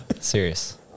Serious